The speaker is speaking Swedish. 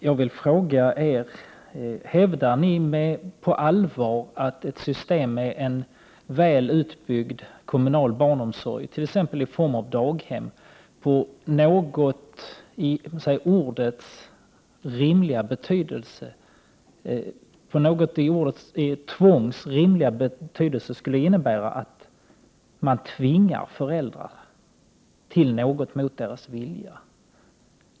Jag vill fråga er: Hävdar ni på allvar att ett system med en väl utbyggd kommunal barnomsorg, t.ex. i form av daghem, med någon rimlig betydelse hos ordet tvång skulle innebära att man tvingar föräldrar till något mot deras vilja?